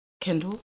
Kendall